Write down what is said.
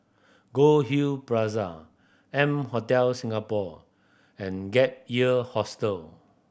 Goldhill Plaza M Hotel Singapore and Gap Year Hostel